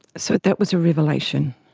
so that was a revelation.